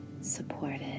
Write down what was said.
supported